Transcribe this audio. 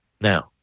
Now